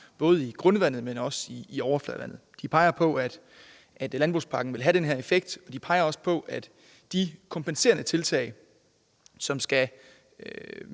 både i grundvandet, men også i overfladevandet. De peger på, at landbrugspakken vil have den her effekt, og de peger også på, at dels er de kompenserende tiltag, som skal